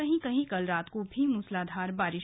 कहीं कहीं कल रात को भी मूसलाधार बारिश